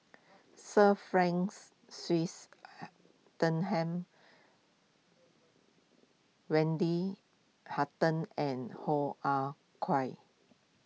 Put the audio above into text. Sir Franks Wendy Hutton and Hoo Ah Kay